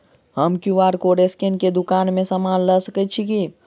हम QR code scan कऽ केँ दुकान मे समान लऽ सकैत छी की?